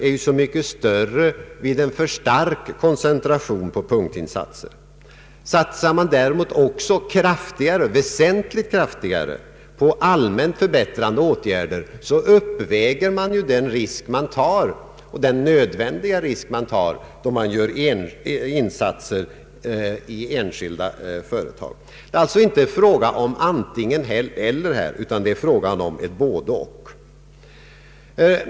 regionalpolitiken mycket större vid en för stark koncentration på punktinsatser. Satsar man däremot också väsentligt kraftigare på allmänt förbättrande åtgärder, uppväger man den nödvändiga risk man tar då man gör insatser i enskilda företag. Det är alltså inte fråga om ett antingen — eller utan ett både — och.